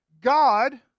God